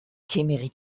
kemerit